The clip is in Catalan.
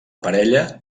parella